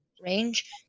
range